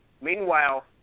Meanwhile